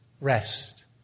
rest